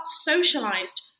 socialized